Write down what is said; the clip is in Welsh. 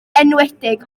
enwedig